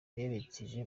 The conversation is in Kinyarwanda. berekeje